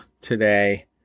today